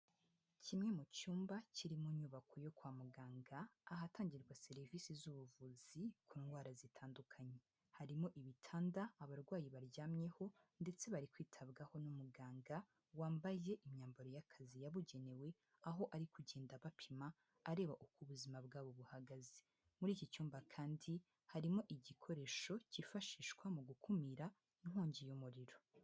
Kimwe mu cyumba kiri mu nyubako yo kwa muganga ahatangirwa serivisi z'ubuvuzi ku ndwara zitandukanye. Harimo ibitanda abarwayi baryamyeho ndetse bari kwitabwaho n'umuganga wambaye imyambaro y'akazi yabugenewe, aho ari kugenda abapima areba uko ubuzima bwabo buhagaze. Muri iki cyumba kandi harimo igikoresho cyifashishwa mu gukumira inkongi y'umuriro.